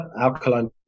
alkaline